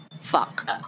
Fuck